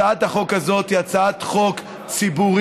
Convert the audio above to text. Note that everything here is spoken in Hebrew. הצעת החוק הזאת היא הצעת חוק ציבורית,